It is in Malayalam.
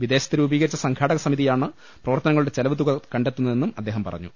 വിദേശത്ത് രൂപീകരിച്ച സംഘാട്ടക സമിതിയാണ് പ്രവർത്ത നങ്ങളുടെ ചെലവ് തുക കണ്ടെത്തുന്നതെന്നും അദ്ദേഹം പറഞ്ഞു